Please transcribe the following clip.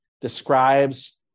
describes